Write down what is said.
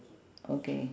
okay